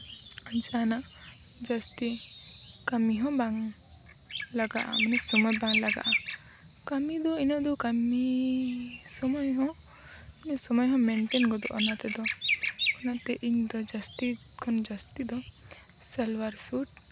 ᱟᱨ ᱡᱟᱦᱟᱱᱟᱜ ᱡᱟᱹᱥᱛᱤ ᱠᱟᱹᱢᱤ ᱦᱚᱸ ᱵᱟᱝ ᱞᱟᱜᱟᱜᱼᱟ ᱢᱟᱱᱮ ᱥᱚᱢᱚᱭ ᱵᱟᱝ ᱞᱟᱜᱟᱜᱼᱟ ᱠᱟᱹᱢᱤ ᱫᱚ ᱤᱱᱟᱹᱜ ᱫᱚ ᱠᱟᱹᱢᱤ ᱥᱚᱢᱚᱭ ᱦᱚᱸ ᱠᱟᱹᱢᱤ ᱥᱚᱢᱚᱭ ᱦᱚᱸ ᱢᱮᱱᱴᱮᱱ ᱜᱚᱫᱚᱜᱼᱟ ᱚᱱᱟ ᱛᱮᱫᱚ ᱚᱱᱟᱛᱮ ᱤᱧ ᱫᱚ ᱡᱟᱹᱥᱛᱤ ᱠᱷᱚᱱ ᱡᱟᱹᱥᱛᱤ ᱫᱚ ᱥᱟᱞᱣᱟᱨ ᱥᱩᱴ